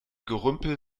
gerümpel